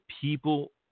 people